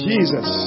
Jesus